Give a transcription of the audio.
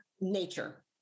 nature